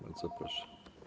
Bardzo proszę.